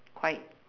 quite